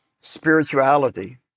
spirituality